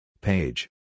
Page